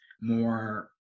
more